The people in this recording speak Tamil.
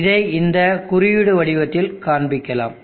இதை இந்த குறியீடு வடிவத்தில் காண்பிக்கலாம்